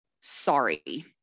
sorry